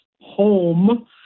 home